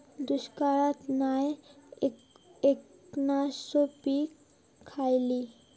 दुष्काळाक नाय ऐकणार्यो पीका खयली?